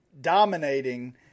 dominating